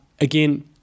Again